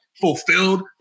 fulfilled